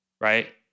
right